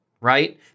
Right